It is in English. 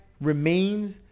Remains